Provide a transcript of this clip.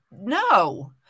No